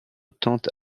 tente